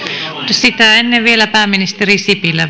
sitä ennen vielä pääministeri sipilä